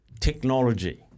Technology